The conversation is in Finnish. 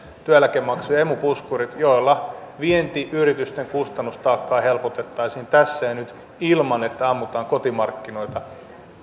työeläkemaksu ja emu puskurit joilla vientiyritysten kustannustaakkaa helpotettaisiin tässä ja nyt ilman että ammutaan kotimarkkinoita